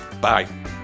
bye